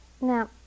Now